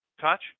touch